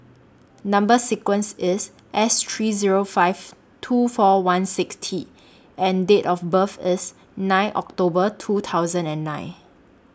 Number sequence IS S three Zero five two four one six T and Date of birth IS nine October two thousand and nine